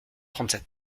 trente